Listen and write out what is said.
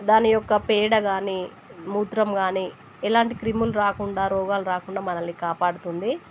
దాని యొక్క పేడ కానీ మూత్రం కానీ ఎలాంటి క్రిములు రాకుండా రోగాలు రాకుండా మనల్ని కాపాడుతుంది